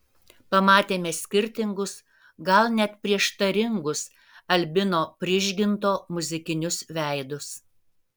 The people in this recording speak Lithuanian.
pamatėme skirtingus gal net prieštaringus albino prižginto muzikinius veidus